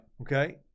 Okay